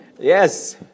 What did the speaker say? yes